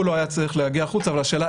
הוא לא היה צריך להגיע החוצה והשאלה